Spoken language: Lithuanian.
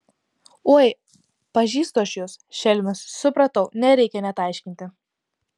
oi pažįstu aš jus šelmes supratau nereikia net aiškinti